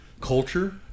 culture